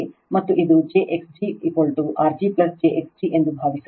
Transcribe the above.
ಮತ್ತು ಇದು j x g R g j x g ಎಂದು ಭಾವಿಸೋಣ